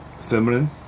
feminine